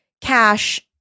cash